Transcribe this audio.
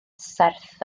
serth